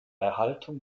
erhaltung